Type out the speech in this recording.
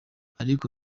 ariko